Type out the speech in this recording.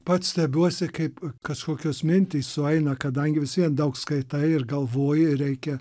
pats stebiuosi kaip kažkokios mintys sueina kadangi vis vien daug skaitai ir galvoji reikia